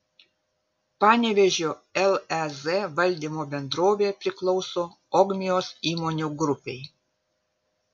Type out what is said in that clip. panevėžio lez valdymo bendrovė priklauso ogmios įmonių grupei